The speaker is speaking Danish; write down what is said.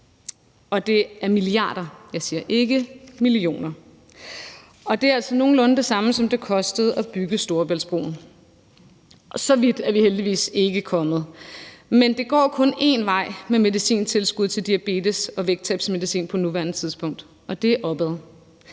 og jeg siger milliarder, ikke millioner. Det er altså nogenlunde det samme, som det kostede at bygge Storebæltsbroen, og så vidt er vi heldigvis ikke kommet. Men det går kun en vej med medicintilskud til diabetes og vægttabsmedicin på nuværende tidspunkt, og det er opad.